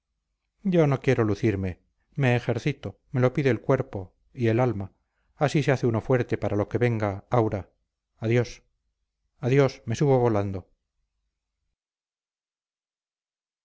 yo no quiero lucirme me ejercito me lo pide el cuerpo y el alma así se hace uno fuerte para lo que venga aura adiós adiós me subo volando